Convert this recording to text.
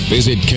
Visit